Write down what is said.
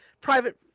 private